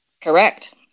correct